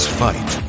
fight